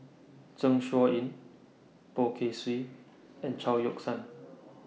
Zeng Shouyin Poh Kay Swee and Chao Yoke San